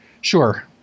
Sure